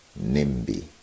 NIMBY